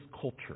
culture